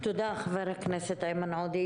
תודה, חבר הכנסת איימן עודה.